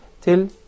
till